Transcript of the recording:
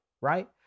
right